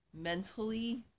mentally